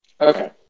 Okay